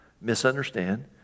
misunderstand